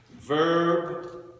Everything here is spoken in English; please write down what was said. Verb